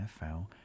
NFL